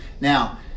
Now